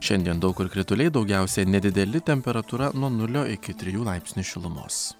šiandien daug kur krituliai daugiausia nedideli temperatūra nuo nulio iki trijų laipsnių šilumos